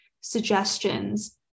suggestions